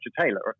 Taylor